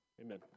amen